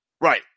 Right